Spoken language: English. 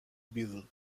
biddle